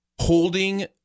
holding